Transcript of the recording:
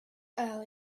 early